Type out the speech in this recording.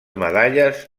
medalles